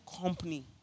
company